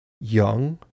young